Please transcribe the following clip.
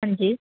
ਹਾਂਜੀ